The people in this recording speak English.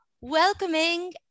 Welcoming